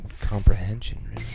comprehension